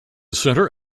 center